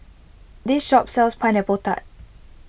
this shop sells Pineapple Tart